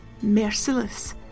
Merciless